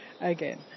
again